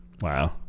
Wow